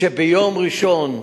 וביום ראשון,